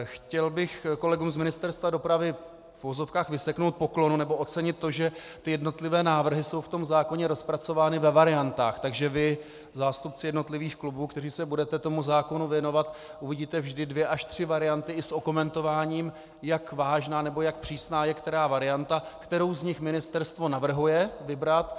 Chtěl bych kolegům z Ministerstva dopravy v uvozovkách vyseknout poklonu nebo ocenit to, že ty jednotlivé návrhy jsou v tom zákoně rozpracovány ve variantách, takže vy, zástupci jednotlivých klubů, kteří se budete tomu zákonu věnovat, uvidíte vždy dvě až tři varianty i s okomentováním, jak vážná nebo jak přísná je která varianta, kterou z nich ministerstvo navrhuje vybrat.